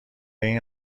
این